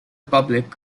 public